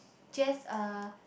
just uh